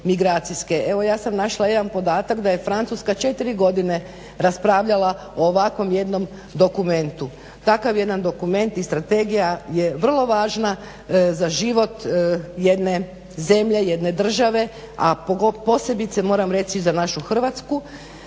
Evo ja sam našla jedan podatak da je Francuska 4 godine raspravljala o ovakvom jednom dokumentu. Takav jedan dokument i strategija je vrlo važna za život jedne zemlje, jedne države a posebice moram reći za našu Hrvatsku